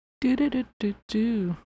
Do-do-do-do-do